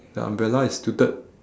the umbrella is tilted